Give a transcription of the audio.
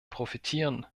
profitieren